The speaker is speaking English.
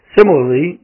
Similarly